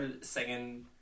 singing